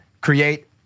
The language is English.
create